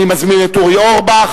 אני מזמין את חבר הכנסת אורי אורבך.